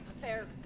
Fair